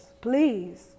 please